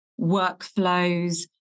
workflows